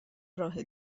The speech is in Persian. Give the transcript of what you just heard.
راه